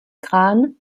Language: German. kran